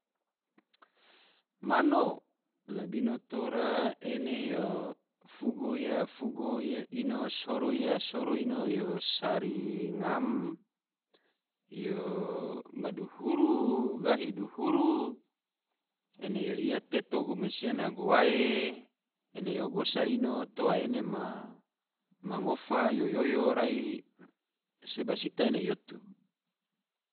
Mano labino tora ene yo fugo ia, fugo ino, soro ia, soro ino yo sari ngam, yo madihuru, gahi dihuru, ene yo ia teto mansia na guae, ene yo gosa ino toa ene ma ngofa yo oyo, rai seba sita ene yo otu